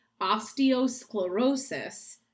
osteosclerosis